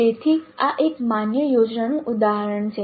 તેથી આ એક માન્ય યોજનાનું ઉદાહરણ છે